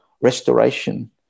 restoration